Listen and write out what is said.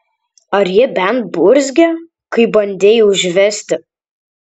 ar ji bent burzgė kai bandei užvesti